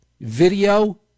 video